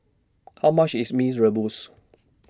How much IS Mee's Rebus